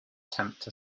tempt